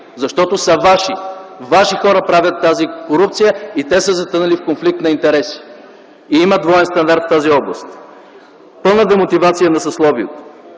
Защото са ваши! Ваши хора правят тази корупция и те са затънали в конфликт на интереси. Има двоен стандарт в тази област, пълна демотивация на съсловието.